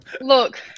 Look